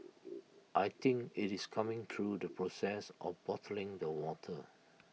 I think IT is coming through the process of bottling the water